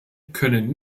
können